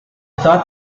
thought